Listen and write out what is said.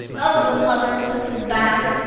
oh, the mother is just as bad!